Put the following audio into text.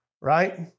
right